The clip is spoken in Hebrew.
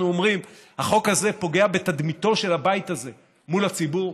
אומרים: החוק הזה פוגע בתדמיתו של הבית הזה מול הציבור.